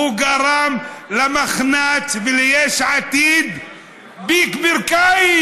הוא גרם למחנ"צ וליש עתיד פיק ברכיים: